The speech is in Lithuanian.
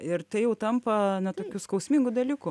ir tai jau tampa na tokiu skausmingu dalyku